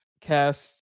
cast